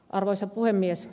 arvoisa puhemies